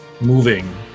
moving